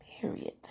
Period